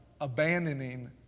abandoning